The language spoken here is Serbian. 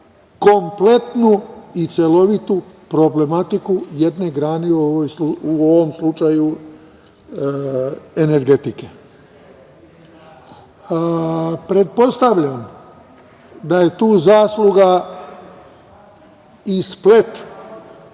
kompletnu i celovitu problematiku jedne grane, u ovom slučaju energetike. Pretpostavljam da je tu zasluga i splet